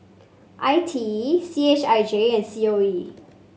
I T E C H I J and C O E